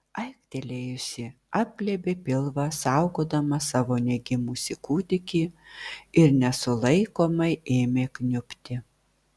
aiktelėjusi apglėbė pilvą saugodama savo negimusį kūdikį ir nesulaikomai ėmė kniubti